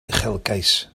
uchelgais